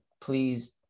please